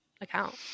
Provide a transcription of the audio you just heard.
account